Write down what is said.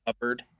covered